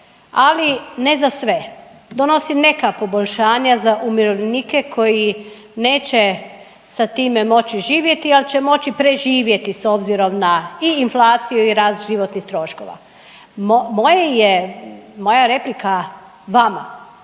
ali ne za sve. Donosi neka poboljšanja za umirovljenike koji neće sa time moći živjeti, ali će moći preživjeti s obzirom na i inflaciju i rast životnih troškova. Moje je, moja replika vama